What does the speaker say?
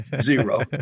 Zero